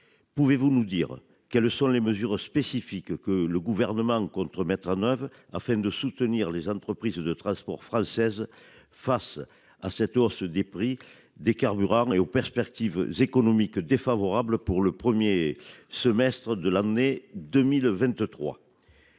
Pouvez-vous nous dire quelles sont les mesures spécifiques que le gouvernement. À neuf afin de soutenir les entreprises de transport françaises face à cette hausse des prix des carburants et aux perspectives économiques défavorables pour le 1er semestre de l'année 2023.